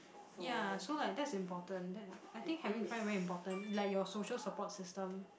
ya so like that's important that I think having friend very important like your social support system